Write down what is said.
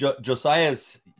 Josiah's